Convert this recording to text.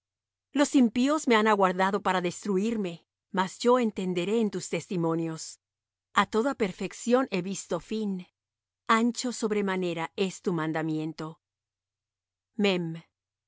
los impíos me han aguardado para destruirme mas yo entenderé en tus testimonios a toda perfección he visto fin ancho sobremanera es tu mandamiento